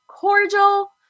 cordial